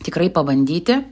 tikrai pabandyti